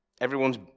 Everyone's